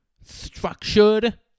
structured